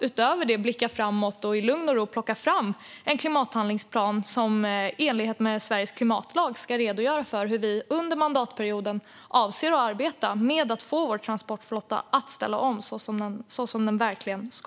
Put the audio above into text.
Utöver detta blickar vi framåt och plockar i lugn och ro fram en klimathandlingsplan som i enlighet med Sveriges klimatlag ska redogöra för hur vi under mandatperioden avser att arbeta med att få vår transportflotta att ställa om så som den verkligen ska.